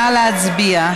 נא להצביע.